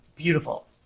beautiful